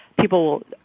people